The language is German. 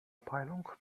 peilung